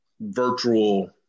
virtual